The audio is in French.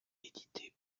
éditée